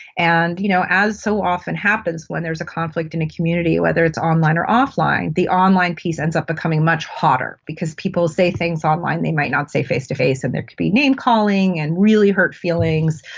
and you know as so often happens when there is a conflict in a community, whether it's online or off-line, the online piece ends up becoming much hotter because people say things online they might not say face-to-face and there could be name-calling and really hurt feelings.